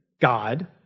God